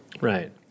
Right